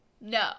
No